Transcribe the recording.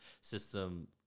system